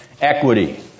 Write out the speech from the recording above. equity